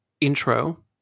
intro